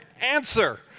answer